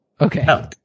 Okay